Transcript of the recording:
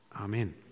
Amen